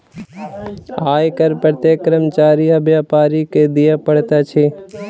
आय कर प्रत्येक कर्मचारी आ व्यापारी के दिअ पड़ैत अछि